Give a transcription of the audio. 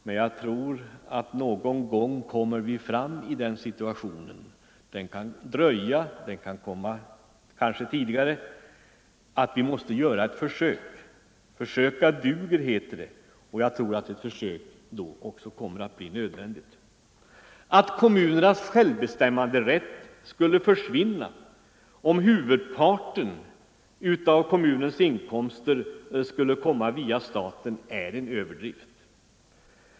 Men jag tror att någon gång kommer vi fram till den situationen — det kan ta längre eller kortare tid — att vi måste göra ett försök. Försöka duger, heter det. Jag tror att ett försök också kommer att bli nödvändigt. Att kommunernas självbestämmanderätt skulle försvinna om huvudparten av kommunens inkomster skulle utgöras av statsmedel är en överdrift.